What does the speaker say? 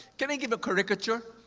can i give a caricature?